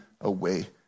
away